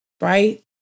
right